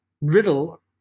riddle